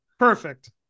Perfect